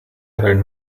learn